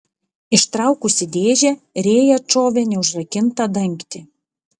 ištraukusi dėžę rėja atšovė neužrakintą dangtį